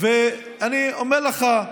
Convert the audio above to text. ואני אומר לך,